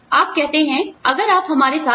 आप कहते हैं ठीक है अगर आप हमारे साथ हैं